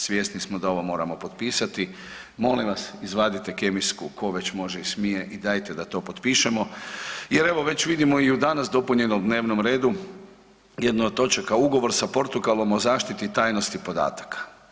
Svjesni smo da ovo moramo potpisati, molim vas izvadite kemijsku tko već može i smije i dajte da to potpišemo jer evo već vidimo i u danas dopunjenom dnevnom redu jedna od točaka Ugovor sa Portugalom o zaštiti tajnosti podataka.